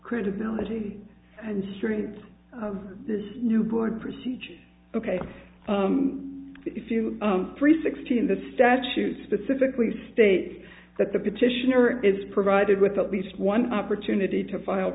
credibility and strength of this new board procedure ok if you three sixteen the statute specifically states that the petitioner is provided with a least one opportunity to file